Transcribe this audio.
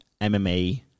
MMA